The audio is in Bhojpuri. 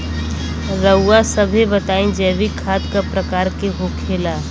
रउआ सभे बताई जैविक खाद क प्रकार के होखेला?